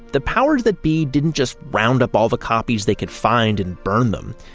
the powers that be didn't just round up all the copies they could find and burn them.